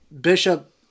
Bishop